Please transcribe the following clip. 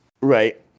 Right